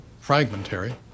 fragmentary